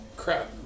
crap